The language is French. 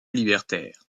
libertaire